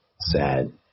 Sad